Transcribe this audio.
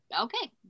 okay